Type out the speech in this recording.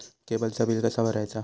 केबलचा बिल कसा भरायचा?